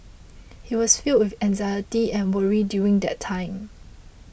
he was filled with anxiety and worry during that time